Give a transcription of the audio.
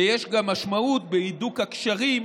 ויש גם משמעות בהידוק הקשרים